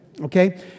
okay